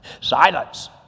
Silence